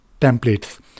templates